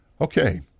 Okay